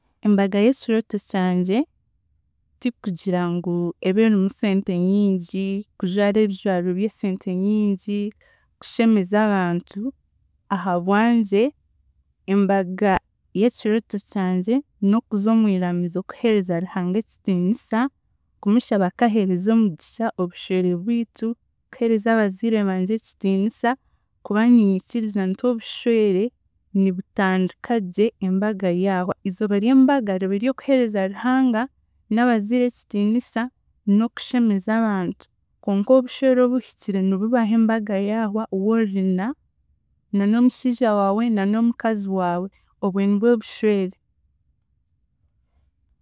Embaga y'ekirooto kyangye, ti kugira ngu ebe erimu sente nyingi, kujwara ebijwaro by'esente nyingi kushemeza abantu, ahabwangye embaga y'ekirooto kyangye n'okuza omwiramizo kuheereza Ruhanga ekitiinisa, kumushaba kwaheereza omugisha obushwere bwitu, kuheereza abaziire bangye ekitiinisa kuba niinyikiriza nti obushwere, nibutandika gye embaga yaahwa izooba ry'embaga riba ry'okuheereza Ruhanga n'abaziire ekitiinisa n'okushemeza abantu, konka obushwere obuhikire nibubaho embaga yaahwa woorina na n'omushiija waawe na n'omukazi waawe, obwe nibwe bushwere.